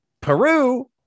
Peru